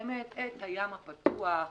את הים הפתוח,